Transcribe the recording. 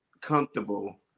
comfortable